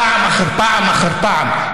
פעם אחר פעם אחר פעם.